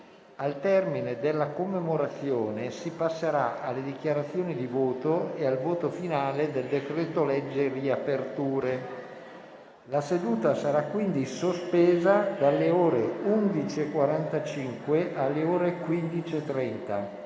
Al termine della commemorazione, si passerà alle dichiarazioni di voto e al voto finale del decreto-legge riaperture. La seduta sarà quindi sospesa dalle ore 11,45 alle ore 15,30,